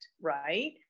right